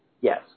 Yes